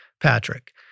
Patrick